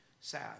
sad